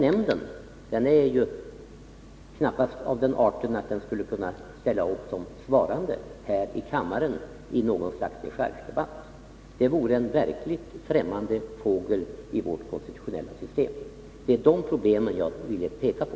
Nämnden är ju knappast av den arten att den skulle kunna ställa upp som svarande här i kammaren i något slags dechargedebatt. Det skulle verkligen bli en främmande fågel i vårt konstitutionella system, och det var de här problemen som jag ville peka på.